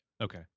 Okay